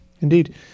indeed